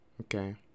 Okay